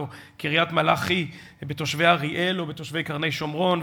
קריית-מלאכי בתושבי אריאל או בתושבי קרני-שומרון,